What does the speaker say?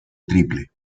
triple